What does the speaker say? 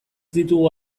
ditugu